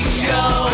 show